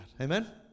Amen